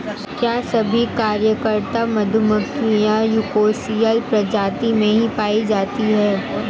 क्या सभी कार्यकर्ता मधुमक्खियां यूकोसियल प्रजाति में ही पाई जाती हैं?